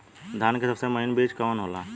धान के सबसे महीन बिज कवन होला?